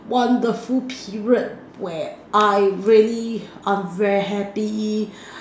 wonderful period where I really am very happy